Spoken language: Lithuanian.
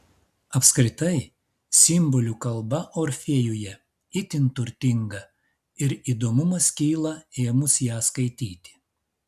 apskritai simbolių kalba orfėjuje itin turtinga ir įdomumas kyla ėmus ją skaityti